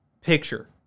picture